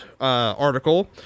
article